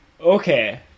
okay